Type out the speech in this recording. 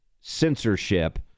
censorship